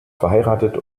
verheiratet